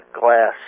glass